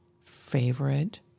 favorite